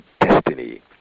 destiny